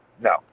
No